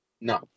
No